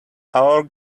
our